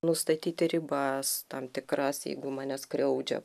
nustatyti ribas tam tikras jeigu mane skriaudžia